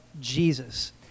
Jesus